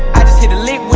i just hit a lick